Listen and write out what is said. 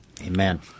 Amen